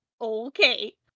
okay